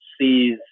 sees